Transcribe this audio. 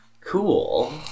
Cool